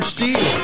Steel